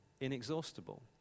inexhaustible